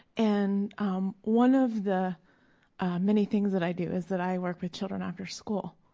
and um one of the many things that i do is that i work with children after school.